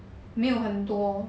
没有很多